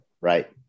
right